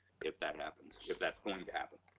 if that happens, if that's gonna happen.